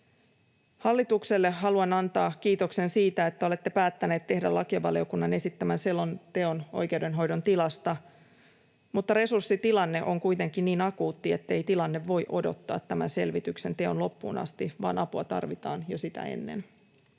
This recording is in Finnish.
Hallitukselle haluan antaa kiitoksen siitä, että olette päättäneet tehdä lakivaliokunnan esittämän selonteon oikeudenhoidon tilasta, mutta resurssitilanne on kuitenkin niin akuutti, ettei tilanne voi odottaa tämän selvityksenteon loppuun asti, vaan apua tarvitaan jo sitä ennen.